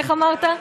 איך אמרת?